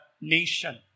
nation